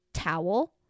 towel